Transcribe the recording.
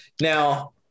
Now